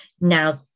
Now